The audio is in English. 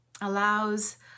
allows